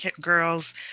girls